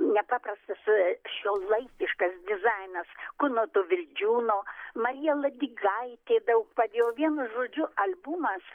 nepaprastas šiuolaikiškas dizainas kunoto vildžiūno marija ladygaitė daug padėjo vienu žodžiu albumas